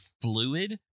fluid